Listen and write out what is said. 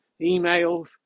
Emails